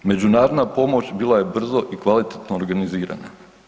Međunarodna pomoć bila je brzo i kvalitetno organizirana.